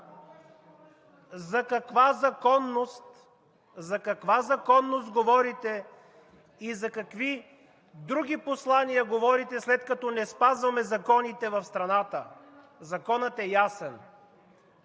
За каква законност говорите и за какви други послания говорите, след като не спазвате законите в страната? Законът е ясен!